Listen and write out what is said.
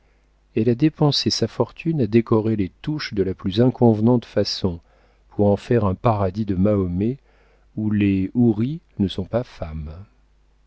elle a dépensé sa fortune à décorer les touches de la plus inconvenante façon pour en faire un paradis de mahomet où les houris ne sont pas femmes